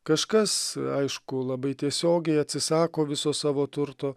kažkas aišku labai tiesiogiai atsisako viso savo turto